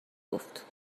گفت